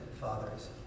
fathers